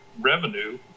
revenue